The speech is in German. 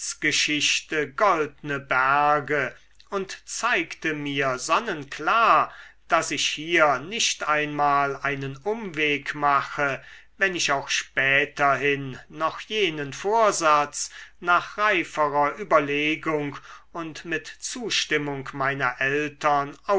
rechtsgeschichte goldne berge und zeigte mir sonnenklar daß ich hier nicht einmal einen umweg mache wenn ich auch späterhin noch jenen vorsatz nach reiferer überlegung und mit zustimmung meiner eltern